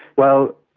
well,